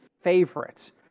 favorites